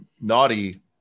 naughty